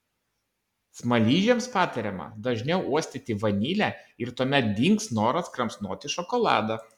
smaližiams patariama dažniau uostyti vanilę ir tuomet dings noras kramsnoti šokoladą